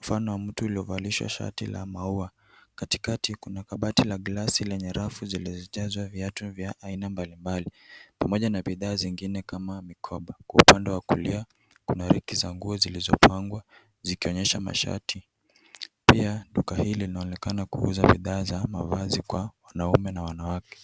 mfano wa mtu uliovalishwa shati la maua. Katikati kuna kabati la glasi lenye rafu zilizojazwa viatu vya aina mbalimbali, pamoja na bidhaa zingine kama mkoba. Kwa upande wa kulia kuna reki za nguo zilizopangwa zikionyesha mashati. Pia duka hili linaonekana kuuza bidhaa za mavazi kwa wanaume na wanawake.